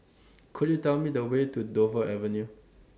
Could YOU Tell Me The Way to Dover Avenue